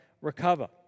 recover